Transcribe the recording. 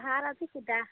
ভাত আজি শুদা